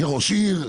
כראש עיר,